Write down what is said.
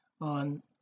on